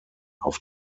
auf